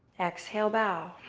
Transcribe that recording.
exhale, bow.